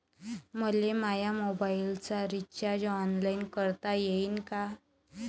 मले माया मोबाईलचा रिचार्ज ऑनलाईन करता येईन का?